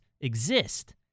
exist